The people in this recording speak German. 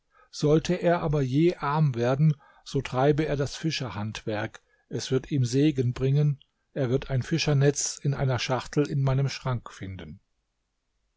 sollte er aber je arm werden so treibe er das fischerhandwerk es wird ihm segen bringen er wird ein fischernetz in einer schachtel in meinem schrank finden